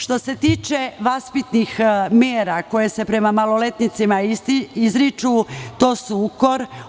Što se tiče vaspitnih mera koje se prema maloletnicima izriču, to je ukor.